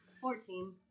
Fourteen